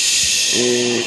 אני אסביר.